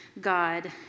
God